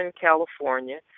California